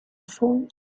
phone